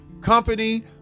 company